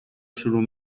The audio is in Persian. شروع